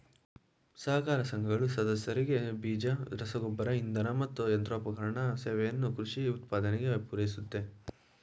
ಸಹಕಾರ ಸಂಘಗಳು ಸದಸ್ಯರಿಗೆ ಬೀಜ ರಸಗೊಬ್ಬರ ಇಂಧನ ಮತ್ತು ಯಂತ್ರೋಪಕರಣ ಸೇವೆಯನ್ನು ಕೃಷಿ ಉತ್ಪಾದನೆಗೆ ಪೂರೈಸುತ್ತೆ